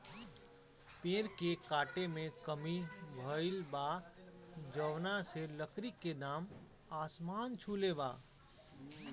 पेड़ के काटे में कमी भइल बा, जवना से लकड़ी के दाम आसमान छुले बा